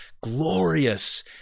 glorious